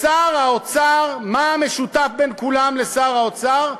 ושר האוצר, מה המשותף בין כולם לשר האוצר?